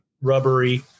rubbery